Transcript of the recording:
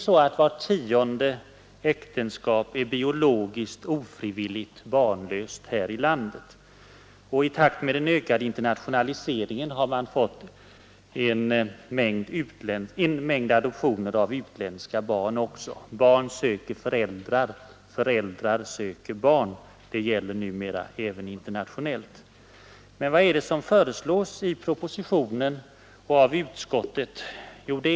Vart tionde äktenskap här i landet är biologiskt ofrivilligt barnlöst. I takt med den ökade internationaliseringen har det dessutom blivit en stor mängd adoptioner av utländska barn här i Sverige. Barn söker föräldrar, föräldrar söker barn — detta gäller numera även internationellt. Men vad är det nu som föreslås i propositionen och i utskottsbetänkandet?